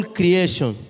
creation